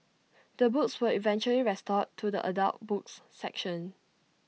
the books were eventually restored to the adult books section